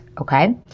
Okay